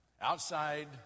outside